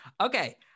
okay